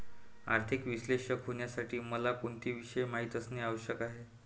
आर्थिक विश्लेषक होण्यासाठी मला कोणते विषय माहित असणे आवश्यक आहे?